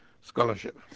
scholarship